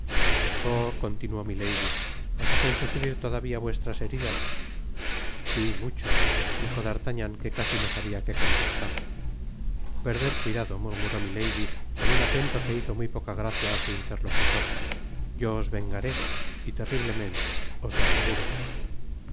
oh contindó milady os hacen sufrir todavia vuestras heridas si mucho dijo d'artagnan que casi no sabia que contestar perded cuidado murmuró milady con un acento que hizo muy poca gracia á su interlocutor yo os vengaré y terriblemente os lo aseguro